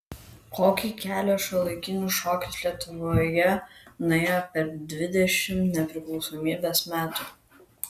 kokį kelią šiuolaikinis šokis lietuvoje nuėjo per dvidešimt nepriklausomybės metų